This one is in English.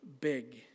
big